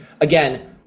again